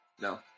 No